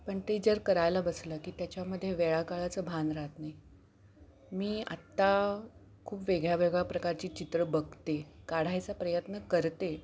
पण ते जर करायला बसलं की त्याच्यामध्ये वेळा काळाचं भान राहत नाही मी आत्ता खूप वेगळ्या वेगळ्या प्रकारची चित्र बघते काढायचा प्रयत्न करते